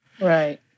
Right